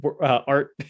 Art